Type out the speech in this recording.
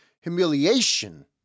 humiliation